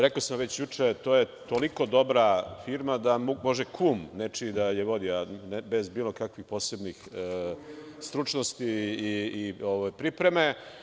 Rekao sam već juče, to je toliko dobra firma da može kum nečiji da je vodi, bez bilo kakvih posebnih stručnosti i pripreme.